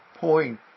point